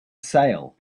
sale